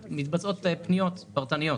ומתבצעות פניות פרטניות